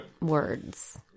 words